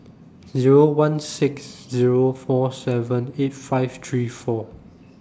Zero one six Zero four seven eight five three four